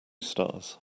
stars